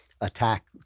attack